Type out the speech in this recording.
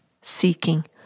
seeking